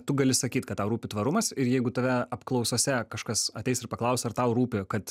tu gali sakyt kad tau rūpi tvarumas ir jeigu tave apklausose kažkas ateis ir paklaus ar tau rūpi kad